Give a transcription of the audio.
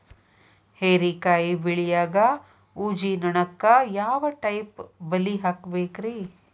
ಹೇರಿಕಾಯಿ ಬೆಳಿಯಾಗ ಊಜಿ ನೋಣಕ್ಕ ಯಾವ ಟೈಪ್ ಬಲಿ ಹಾಕಬೇಕ್ರಿ?